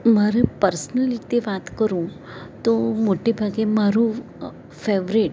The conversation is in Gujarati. મારી પર્સનલી તે વાત કરું તો મોટે ભાગે મારું ફેવરેટ